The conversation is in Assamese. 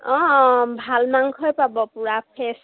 অঁ অঁ ভাল মাংসই পাব পূৰা ফ্ৰেছ